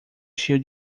cheio